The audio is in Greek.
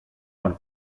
τον